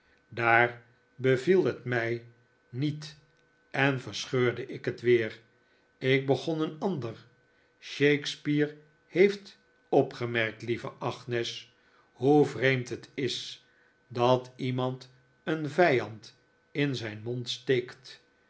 daar beviel het mij niet en verscheurde ik het weer ik begon een ander shakespeare heeft opgemerkt lieve agnes hoe vreemd het is dat iemand een vijand in zijn mond steekt